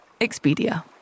Expedia